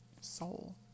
soul